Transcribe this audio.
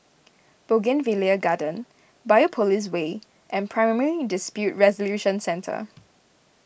Bougainvillea Garden Biopolis Way and Primary Dispute Resolution Centre